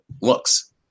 looks